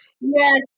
Yes